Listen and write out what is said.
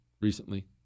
recently